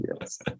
yes